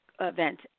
event